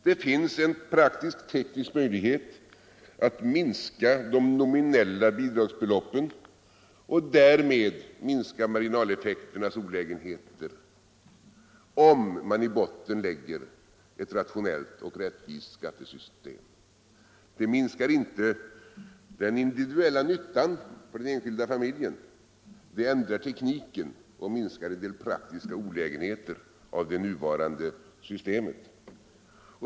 Det finns en praktisk teknisk möjlighet att minska de nominella bidragsbeloppen och därmed minska marginaleffekternas olägenheter, om man i botten lägger ett rationellt och rättvist skattesystem. Det minskar inte nyttan för den enskilda familjen, men det ändrar tekniken och minskar en del praktiska olägenheter av det nuvarande systemet.